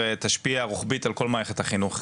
תשפיע רוחבית על כל מערכת החינוך.